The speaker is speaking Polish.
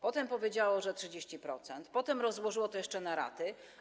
Potem powiedziało, że 30%, potem rozłożyło to jeszcze na raty.